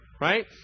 Right